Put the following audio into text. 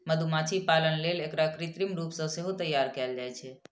मधुमाछी पालन लेल एकरा कृत्रिम रूप सं सेहो तैयार कैल जाइ छै